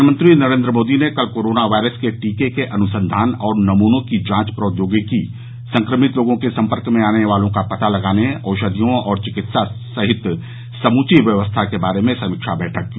प्रधानमंत्री नरेन्द्र मोदी ने कल कोरोना वायरस के टीके के अनुसंधान और नमूनों की जांच प्रौद्योगिकी संक्रमित लोगों के संपर्क में आने वालों का पता लगाने औषधियों और चिकित्सा सहित समूची व्यवस्था के बारे में समीक्षा बैठक की